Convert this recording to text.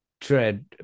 tread